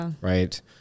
right